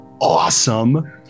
awesome